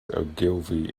ogilvy